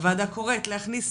הוועדה קוראת להכניס